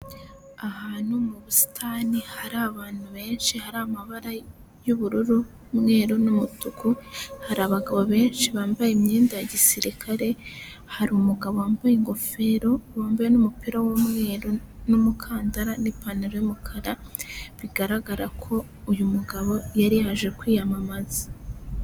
Ahantu mu busitani hari abantu benshi hari amabara y'ubururu n'umweru n'umutuku hari abagabo benshi bambaye imyenda ya gisirikare hari umugabo wambaye ingofero wambaye n'umupira w'umweru n'umukandara n'ipantaro y'umukara bigaragara ko uyu mugabo yari yaje kwiyamamaza.